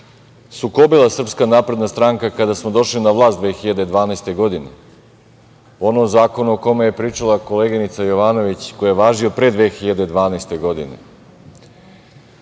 sukobila Srpska napredna stranka kada smo došli na vlast 2012. godine, po onom zakonu o kome je pričala koleginica Jovanović, koji je važio pre 2012. godine.